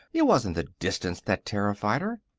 it wasn't the distance that terrified her.